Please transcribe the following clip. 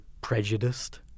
prejudiced